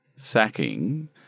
sacking